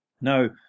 Now